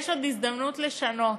יש עוד הזדמנות לשנות.